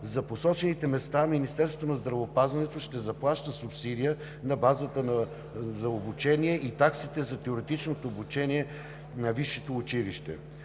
За посочените места Министерството на здравеопазването ще заплаща субсидия на базата за обучение и таксите за теоретичното обучение на висшето училище.